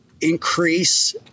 increase